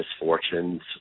misfortunes